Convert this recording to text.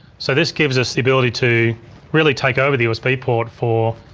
so this gives us the ability to really take over the usb port for